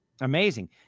Amazing